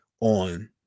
On